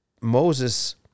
Moses